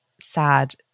sad